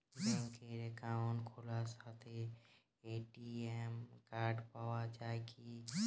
ব্যাঙ্কে অ্যাকাউন্ট খোলার সাথেই এ.টি.এম কার্ড পাওয়া যায় কি?